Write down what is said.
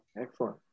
Excellent